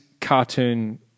cartoon